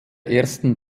ersten